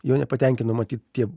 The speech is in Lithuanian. jo nepatenkino matyt tie